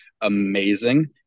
amazing